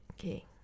Okay